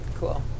Cool